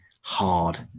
hard